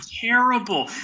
terrible